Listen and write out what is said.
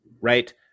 right